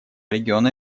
региона